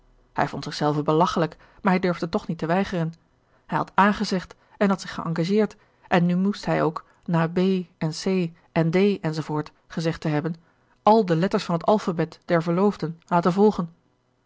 hij vond zich zelven belachelijk maar hij durfde toch niet weigeren hij had a gezegd en had zich geëngageerd en nu moest hij ook na b en c en d enz gezegd te hebben al de letters van het alphabet der verloofden laten volgen